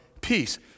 peace